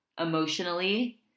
emotionally